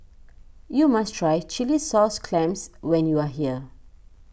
you must try Chilli Sauce Clams when you are here